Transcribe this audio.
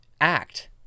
act